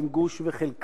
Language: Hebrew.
עם גוש וחלקה.